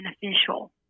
beneficial